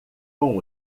com